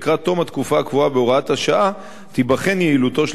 ולקראת תום התקופה הקבועה בהוראת השעה תיבחן יעילותו של